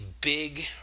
big